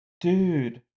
Dude